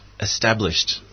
Established